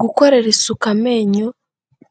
Gukorera isuka amenyo,